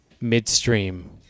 midstream